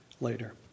later